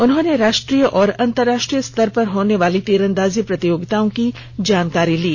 उन्होंने राष्ट्रीय और अन्तर्राष्ट्रीय स्तर पर होने वाली तीरंदाजी प्रतियोगिताओं की जानकारी ली